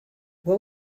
what